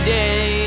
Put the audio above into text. day